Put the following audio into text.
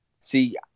see